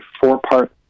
four-part